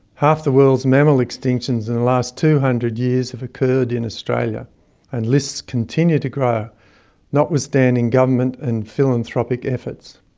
half the world's mammal extinctions in the last two hundred years have occurred in australia and lists continue to grow notwithstanding government and philanthropic efforts.